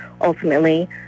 ultimately